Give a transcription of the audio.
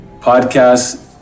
podcast